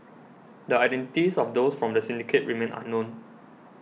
the identities of those from the syndicate remain unknown